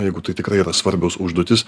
jeigu tai tikrai yra svarbios užduotys